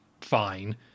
Fine